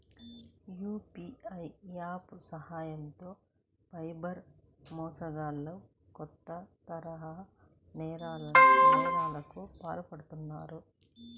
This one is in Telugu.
యూ.పీ.ఐ యాప్స్ సాయంతో సైబర్ మోసగాళ్లు కొత్త తరహా నేరాలకు పాల్పడుతున్నారు